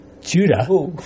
Judah